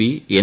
P N